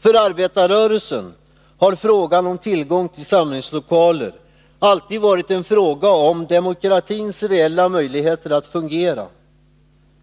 För arbetarrörelsen har frågan om tillgång till samlingslokaler alltid varit en fråga om demokratins reella möjligheter att fungera.